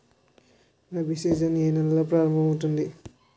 Rabi season ఏ నెలలో ప్రారంభమౌతుంది?